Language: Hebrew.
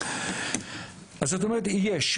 כלומר, יש.